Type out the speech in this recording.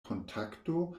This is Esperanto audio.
kontakto